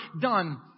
done